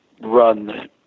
run